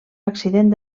accident